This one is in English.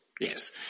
yes